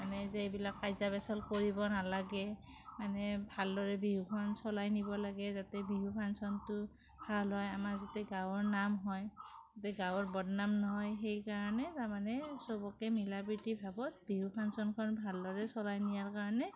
আমি যে এইবিলাক কাজিয়া পেচাল কৰিব নালাগে মানে ভালদৰে বিহুখন চলাই নিব লাগে যাতে বিহু ফাংশ্যনটো ভাল হয় আমাৰ যাতে গাঁৱৰ নাম হয় যাতে গাঁৱৰ বদনাম নহয় সেইকাৰণে তাৰমানে চবকে মিলাপ্ৰীতি ভাৱত বিহু ফাংশ্যনখন ভালদৰে চলাই নিয়াৰ কাৰণে